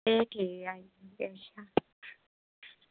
ऐ ठीक ऐ अच्छा